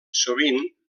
sovint